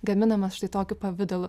gaminamas štai tokiu pavidalu